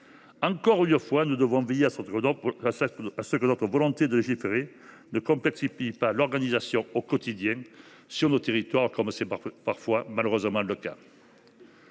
Encore une fois, nous devons veiller à ce que notre volonté de légiférer ne complexifie pas l’organisation au quotidien sur nos territoires, comme c’est déjà parfois le cas